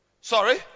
Sorry